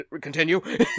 continue